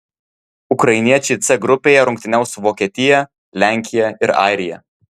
ukrainiečiai c grupėje rungtyniaus su vokietija lenkija ir airija